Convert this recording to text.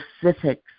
specifics